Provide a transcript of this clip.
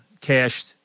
cashed